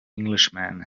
englishman